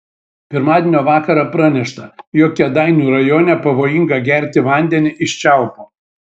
pirmadienio vakarą pranešta jog kėdainių rajone pavojinga gerti vandenį iš čiaupo